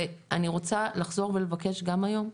ואני רוצה לחזור ולבקש גם היום,